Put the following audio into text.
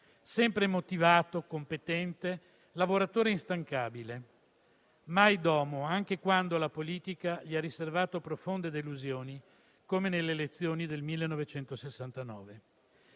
sempre motivato, competente e un lavoratore instancabile, mai domo, anche quando la politica gli ha riservato profonde delusioni, come nelle elezioni del 1972